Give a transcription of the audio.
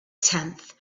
tenth